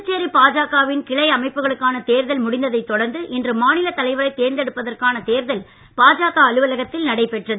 புதுச்சேரி பாஜகவின் கிளை அமைப்புகளுக்கான தேர்தல் முடிந்ததை தொடர்ந்து இன்று மாநில தலைவரை தேர்ந்தெடுப்பதற்கான தேர்தல் பாஜக அலுவலகத்தில் நடைபெற்றது